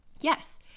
Yes